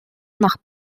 nach